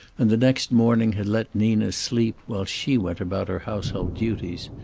and the next morning had let nina sleep, while she went about her household duties.